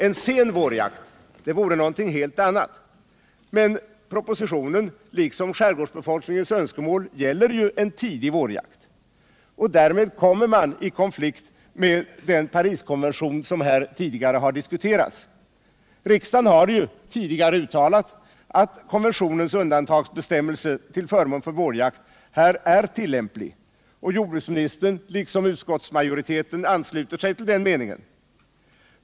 En sen vårjakt vore något helt annat, men propositionen liksom skärgårdsbefolkningens önskemål gäller ju en tidig vårjakt. Därmed kommer man i konflikt med den Pariskonvention som här redan diskuterats. Riksdagen har tidigare uttalat att konventionens undantagsbestämmelse till förmån för vårjakt här är tillämplig, och jordbruksministern liksom utskottsmajoriteteen ansluter sig till den meningen.